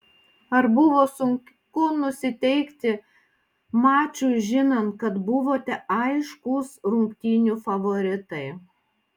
ar buvo sunku nusiteikti mačui žinant kad buvote aiškūs rungtynių favoritai